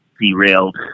derailed